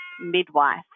midwife